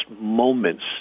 moments